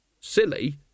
Silly